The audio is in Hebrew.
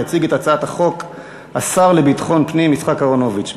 יציג את הצעת החוק השר לביטחון פנים יצחק אהרונוביץ.